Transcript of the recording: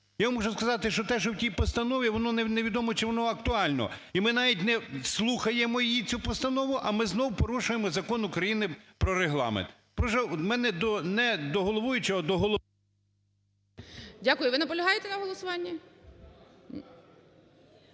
Я вам можу сказати, що те, що в тій постанові, воно невідомо, чи воно актуально, і ми навіть не слухаємо її, цю постанову, а ми знову порушуємо Закон України "Про Регламент". В мене не до головуючого, а до Голови… ГОЛОВУЮЧИЙ. Дякую. Ви наполягаєте на голосуванні?